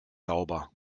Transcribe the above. sauber